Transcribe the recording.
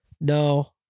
No